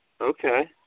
Okay